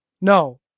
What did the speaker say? No